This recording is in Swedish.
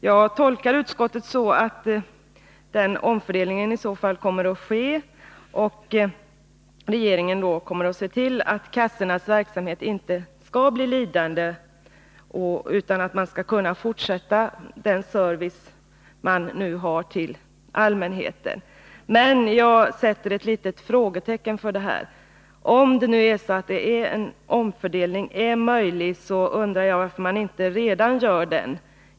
Jag tolkar utskottet så att denna omfördelning i så fall sker och att regeringen ser till att kassornas verksamhet inte blir lidande, utan att den nuvarande servicen till Jag sätter emellertid ut ett litet frågetecken för detta. Om en omfördelning Fredagen den är möjlig, varför gör man den då inte redan nu?